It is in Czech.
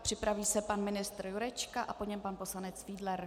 Připraví se pan ministr Jurečka a po něm pan poslanec Fiedler.